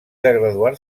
graduar